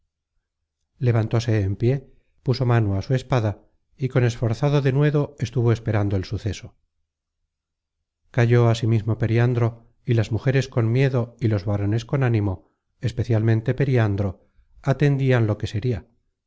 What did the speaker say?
encaminaban levantóse en pié puso mano á su espada y con esforzado denuedo estuvo esperando el suceso calló asimismo periandro y las mujeres con miedo y los varones con ánimo especialmente periandro atendian lo que sería